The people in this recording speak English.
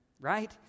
right